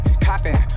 copping